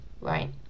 right